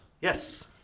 yes